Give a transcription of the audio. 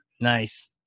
Nice